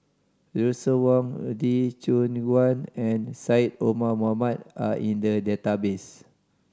Russel Wong Lee Choon Guan and Syed Omar Mohamed are in the database